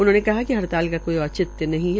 उन्होंने कहा िक हड़ताल का कोई औचित्य नहीं है